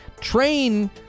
Train